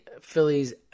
Phillies